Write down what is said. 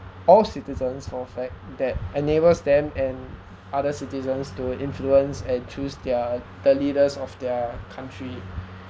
all citizens for a fact that enables them and other citizens to influence and choose their the leaders of their country